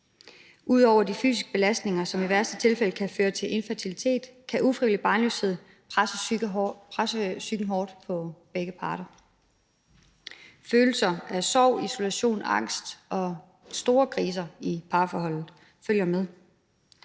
Ud over de fysiske belastninger, som i værste fald kan føre til infertilitet, kan ufrivillig barnløshed presse psyken hårdt for begge parter. Følelser af sorg, isolation, angst og store kriser i parforholdet følger med.